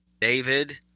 David